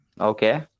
Okay